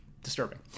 Disturbing